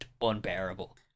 unbearable